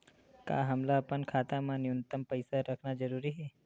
का हमला अपन खाता मा न्यूनतम पईसा रखना जरूरी हे?